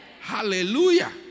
Hallelujah